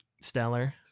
stellar